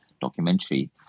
documentary